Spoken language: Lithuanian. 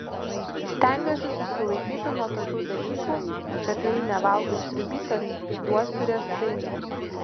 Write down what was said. stengiuosi susilaikyti nuo tokių dalykų kad jei nevalgai sriubytės duosiu riestainį